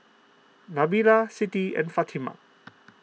Nabila Siti and Fatimah